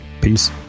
Peace